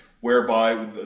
whereby